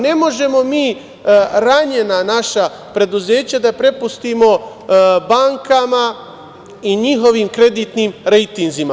Ne možemo mi ranjena naša preduzeća da prepustimo bankama i njihovim kreditnim rejtinzima.